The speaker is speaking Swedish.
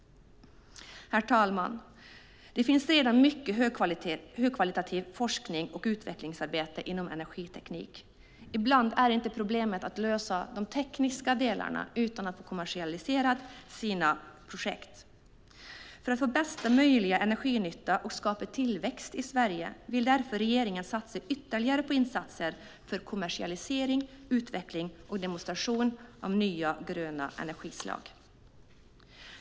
Herr talman! Det finns redan mycket högkvalitativ forskning och utvecklingsarbete inom energiteknik. Ibland är inte problemet att lösa de tekniska delarna, utan att kommersialisera sina projekt. För att få bästa möjliga energinytta och för att skapa tillväxt i Sverige vill regeringen därför satsa ytterligare på insatser för kommersialisering, utveckling och demonstration av nya gröna energislag.